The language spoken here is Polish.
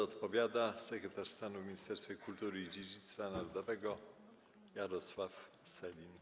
Odpowiada sekretarz stanu w Ministerstwie Kultury i Dziedzictwa Narodowego Jarosław Sellin.